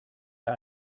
der